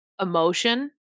emotion